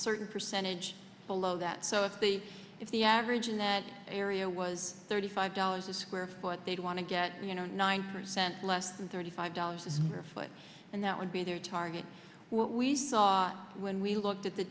certain percentage below that so if they if the average in that area was thirty five dollars a square foot they'd want to get you know nine percent less than thirty five dollars per foot and that would be their target what we thought when we looked at the